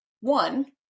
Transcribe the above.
one